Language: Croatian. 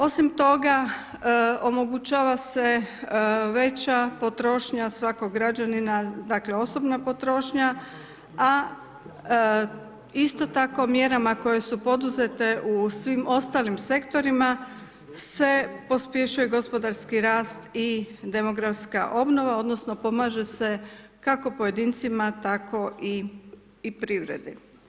Osim toga omogućava se veća potrošnja, svakog građanina, dakle, osobna potrošnja, a isto tako mjerama koje su poduzete u svim ostalim sektorima se pospješuje gospodarski rast i demografska obnova, odnosno, pomaže se kako pojedincima tako i privredi.